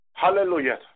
Hallelujah